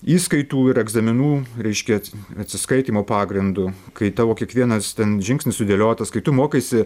įskaitų ir egzaminų reiškia atsiskaitymo pagrindu kai tavo kiekvienas ten žingsnis sudėliotas kai tu mokaisi